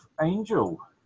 Angel